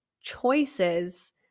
choices